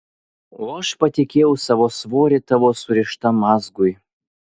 o aš patikėjau savo svorį tavo surištam mazgui